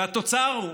והתוצר הוא